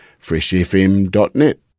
freshfm.net